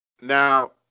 Now